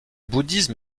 bouddhisme